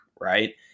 right